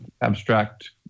abstract